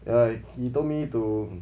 ya he told me to